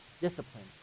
discipline